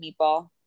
Meatball